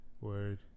Word